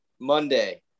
Monday